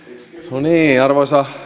arvoisa